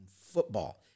football